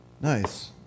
Nice